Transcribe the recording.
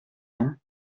non